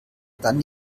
dann